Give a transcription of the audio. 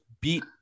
beat